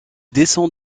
descend